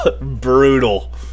Brutal